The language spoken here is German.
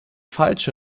falsche